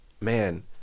man